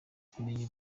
tumenya